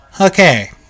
okay